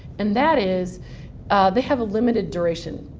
and that is they have a limited duration.